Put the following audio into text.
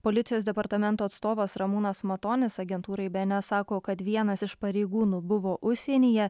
policijos departamento atstovas ramūnas matonis agentūrai bns sako kad vienas iš pareigūnų buvo užsienyje